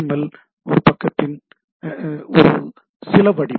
L ஒரு பக்கத்தின் சில வடிவம்